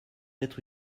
être